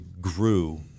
grew